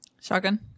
Shotgun